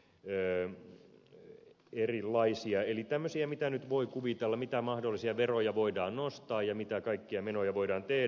eli tämmöisiä mitä nyt voi kuvitella mitä mahdollisia veroja voidaan nostaa ja mitä kaikkea voidaan tehdä